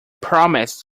promised